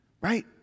right